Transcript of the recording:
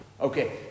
Okay